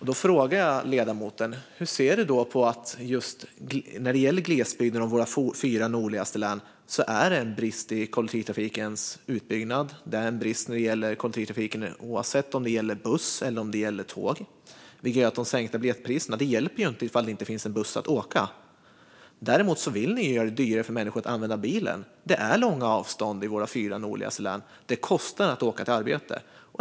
Jag frågar därför ledamoten: Hur ser Vänsterpartiet på att det i glesbygden och i våra nordligaste län finns brister i kollektivtrafikens utbyggnad? Det finns brister i kollektivtrafiken oavsett om det gäller buss eller tåg. De sänkta biljettpriserna hjälper ju inte om det inte finns någon buss att åka med. Däremot vill ni göra det dyrare för människor att använda bilen, Ilona Szatmári Waldau. Det är långa avstånd i våra fyra nordligaste län, och det kostar att åka till arbetet.